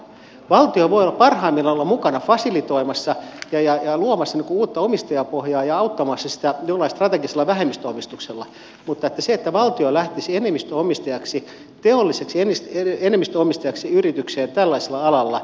valtio voi parhaimmillaan olla mukana fasilitoimassa ja luomassa uutta omistajapohjaa ja auttamassa sitä jollain strategisella vähemmistöomistuksella mutta en usko että siinä että valtio lähtisi teolliseksi enemmistöomistajaksi yritykseen tällaisella alalla